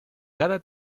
cada